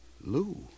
Lou